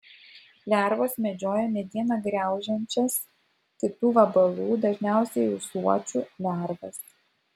lervos medžioja medieną graužiančias kitų vabalų dažniausiai ūsuočių lervas